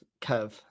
Kev